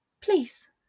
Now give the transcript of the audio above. Please